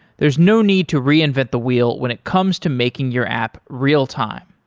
there's no need to reinvent the wheel when it comes to making your app real-time.